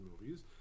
movies